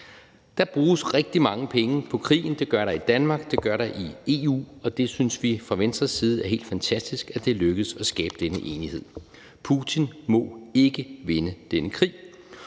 Der bruges rigtig mange penge på krigen, det gør der i Danmark, det gør der i EU, det synes vi fra Venstres side er helt fantastisk, altså at det er lykkedes at skabe denne enighed. Putin må ikke vinde denne krig!